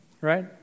right